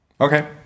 Okay